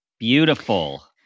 Beautiful